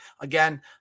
again